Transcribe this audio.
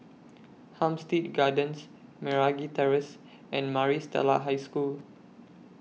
Hampstead Gardens Meragi Terrace and Maris Stella High School